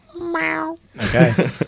okay